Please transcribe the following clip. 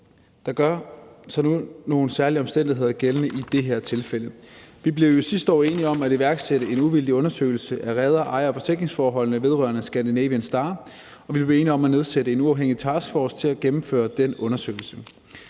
der gør sig nu nogle særlige omstændigheder gældende i det her tilfælde. Vi blev jo sidste år enige om at iværksætte en uvildig undersøgelse af reder-, ejer- og forsikringsforholdene vedrørende »Scandinavian Star«, og vi blev enige om at nedsætte en uafhængig taskforce til at gennemføre den undersøgelse.